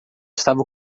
estava